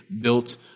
built